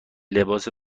لباس